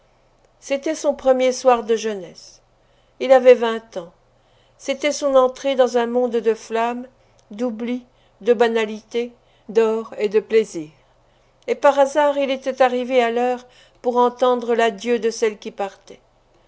c'était son premier soir de jeunesse il avait vingt ans c'était son entrée dans un monde de flamme d'oubli de banalités d'or et de plaisirs et par hasard il était arrivé à l'heure pour entendre l'adieu de celle qui partait